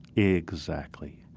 exactly.